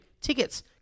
tickets